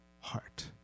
heart